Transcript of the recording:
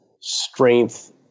strength